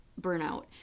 burnout